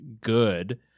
good